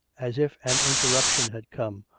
as if an interruption had come,